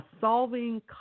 solving